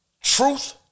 truth